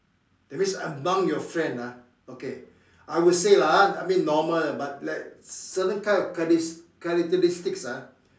that means among your friend ah okay I would say ah I mean normal but certain kind of charac~ characteristics ah